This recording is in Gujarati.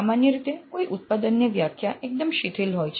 સામાન્ય રીતે કોઈ ઉત્પાદન ની વ્યાખ્યા એકદમ શિથિલ હોય છે